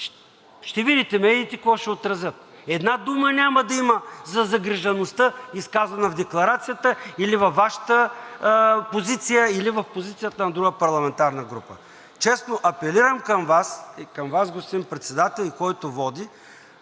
Ще видите медиите какво ще отразят. Една дума няма да има за загрижеността, изказана в декларацията или във Вашата позиция, или в позицията на друга парламентарна група. Честно, апелирам към Вас и към Вас, господин Председател, и който води